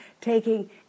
taking